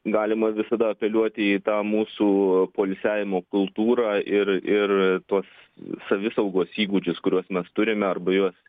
galima visada apeliuoti į tą mūsų poilsiavimo kultūrą ir ir tuos savisaugos įgūdžius kuriuos mes turime arba juos